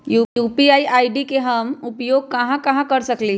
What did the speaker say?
UPI ID के उपयोग हम कहां कहां कर सकली ह?